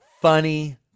funny